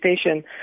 Station